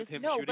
no